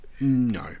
No